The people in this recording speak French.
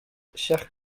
chers